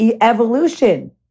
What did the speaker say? Evolution